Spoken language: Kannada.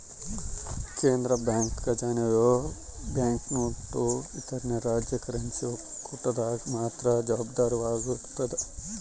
ಕೇಂದ್ರ ಬ್ಯಾಂಕ್ ಖಜಾನೆಯು ಬ್ಯಾಂಕ್ನೋಟು ವಿತರಣೆಗೆ ರಾಜ್ಯ ಕರೆನ್ಸಿ ಒಕ್ಕೂಟದಾಗ ಮಾತ್ರ ಜವಾಬ್ದಾರವಾಗಿರ್ತದ